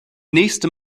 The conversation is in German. nächste